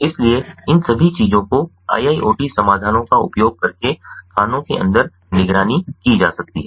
इसलिए इन सभी चीजों को IIoT समाधानों का उपयोग करके खानों के अंदर निगरानी की जा सकती है